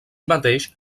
mateix